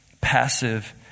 passive